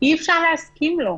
אי-אפשר להסכים לו.